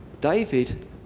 David